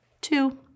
two